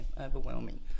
overwhelming